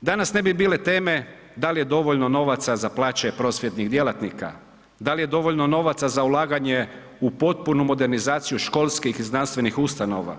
danas ne bi bile teme da li je dovoljno novaca za plaće prosvjetnih djelatnika, da li je dovoljno novaca za ulaganje u potpunu modernizaciju školskih i znanstvenih ustanova.